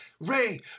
Ray